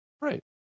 Right